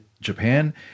Japan